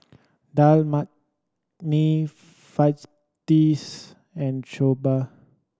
Dal Makhani Fajitas and Soba